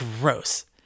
gross